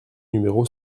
numéro